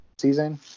season